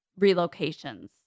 relocations